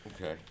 Okay